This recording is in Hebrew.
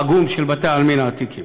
העגום, של בתי-העלמין העתיקים.